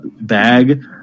bag